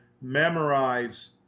memorize